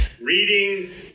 Reading